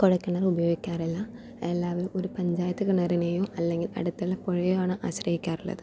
കുഴൽ കിണർ ഉപയോഗിക്കാറില്ല എല്ലാവരും ഒരു പഞ്ചായത്ത് കിണറിനേയോ അല്ലെങ്കിൽ അടുത്തുള്ള പുഴയേയോ ആണ് ആശ്രയിക്കാറുള്ളത്